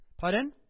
Pardon